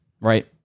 right